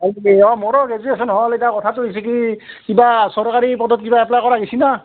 হয় নেকি অঁ মোৰো ৰেজিষ্ট্ৰেচন হ'ল এতিয়া কথাটো হৈছে কি কিবা চৰকাৰী পদত কিবা এপ্লাই কৰা গেইছি না